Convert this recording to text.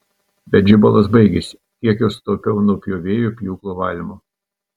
bet žibalas baigėsi kiek jo sutaupiau nuo pjovėjų pjūklo valymo